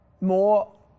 More